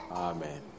Amen